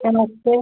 नमस्ते